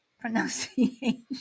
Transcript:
pronunciation